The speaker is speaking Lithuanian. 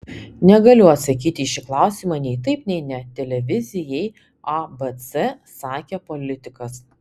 negaliu atsakyti į šį klausimą nei taip nei ne televizijai abc sakė politikas